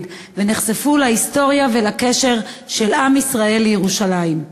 ונחשפו להיסטוריה ולקשר של עם ישראל לירושלים.